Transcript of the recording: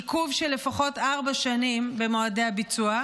עיכוב של לפחות ארבע שנים במועדי הביצוע.